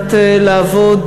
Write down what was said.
מנת לעבוד